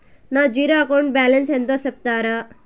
నా zero account balance ఎంతో సెప్తారా?